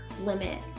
limit